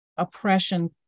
oppression